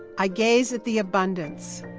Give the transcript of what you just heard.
i gaze at the abundance.